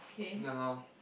yeah lor